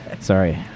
Sorry